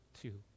two